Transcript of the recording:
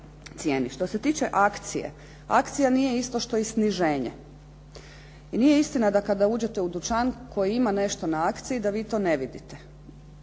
Što se tiče akcije akcija nije isto što i sniženje i nije istina da kada uđete u dućan koji ima nešto na akciji da vi to ne vidite.